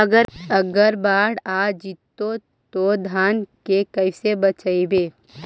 अगर बाढ़ आ जितै तो धान के कैसे बचइबै?